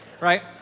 right